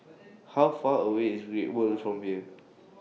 How Far away IS Great World from here